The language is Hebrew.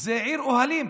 עיר אוהלים.